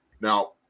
Now